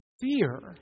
fear